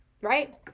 Right